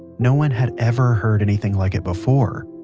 no one had ever heard anything like it before.